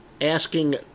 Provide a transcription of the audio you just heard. asking